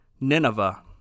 Nineveh